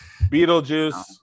Beetlejuice